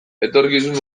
etorkizun